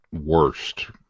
worst